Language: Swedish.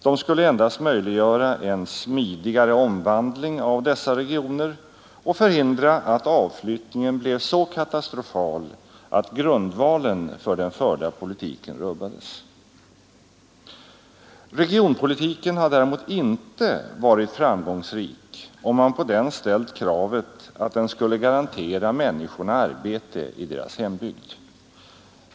De skulle endast möjliggöra en smidigare omvandling av dessa regioner och förhindra att avflyttningen blev så katastrofal att grundvalen för den förda politiken rubbades. Regionpolitiken har däremot inte varit framgångsrik, om man på den ställt kravet att den skulle garantera människorna arbete i deras hembygd.